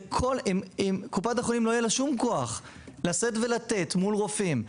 לקופת החולים לא יהיה כוח לשאת ולתת מול רופאים,